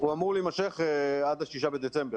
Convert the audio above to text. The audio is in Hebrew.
הוא אמור להימשך עד ה-6 בדצמבר,